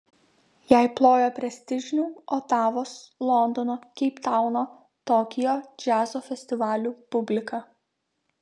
jai plojo prestižinių otavos londono keiptauno tokijo džiazo festivalių publika